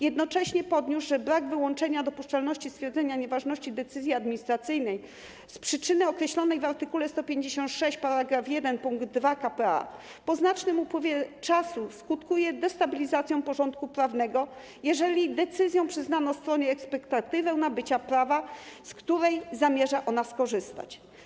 Jednocześnie podniósł, że brak wyłączenia dopuszczalności stwierdzenia nieważności decyzji administracyjnej z przyczyny określonej w art. 156 § 1 pkt 2 k.p.a. po znacznym upływie czasu skutkuje destabilizacją porządku prawnego, jeżeli decyzją przyznano stronie ekspektatywę nabycia prawa, z której zamierza ona skorzystać.